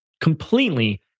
completely